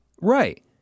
Right